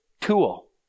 tool